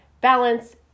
balance